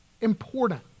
important